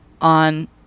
on